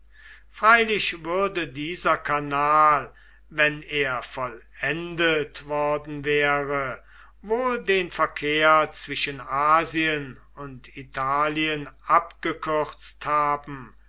freilich würde dieser kanal wenn er vollendet worden wäre wohl den verkehr zwischen asien und italien abgekürzt haben